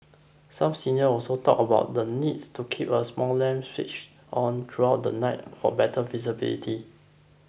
some senior also talked about the needs to keep a small lamp switch on throughout the night for better visibility